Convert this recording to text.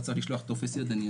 אתה צריך לשלוח טופס ידני,